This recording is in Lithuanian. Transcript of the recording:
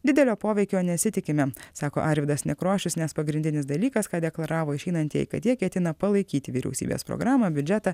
didelio poveikio nesitikime sako arvydas nekrošius nes pagrindinis dalykas ką deklaravo išeinantieji kad jie ketina palaikyti vyriausybės programą biudžetą